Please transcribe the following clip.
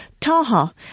Taha